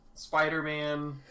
Spider-Man